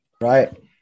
right